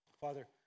Father